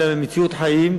אלא ממציאות חיים.